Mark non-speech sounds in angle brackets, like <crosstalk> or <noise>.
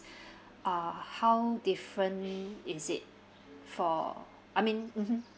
<breath> uh how different is it for I mean mmhmm